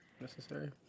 necessary